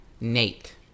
Nate